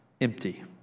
empty